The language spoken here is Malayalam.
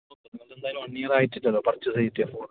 ഓക്കെ ഇപ്പോൾ എന്തായാലും വൺ ഇയർ ആയിട്ടില്ലല്ലോ പർച്ചേസ് ചെയ്തിട്ട്